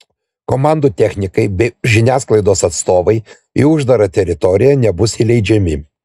komandų technikai bei žiniasklaidos atstovai į uždarą teritoriją nebus įleidžiami